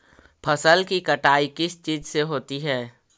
फसल की कटाई किस चीज से होती है?